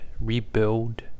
rebuild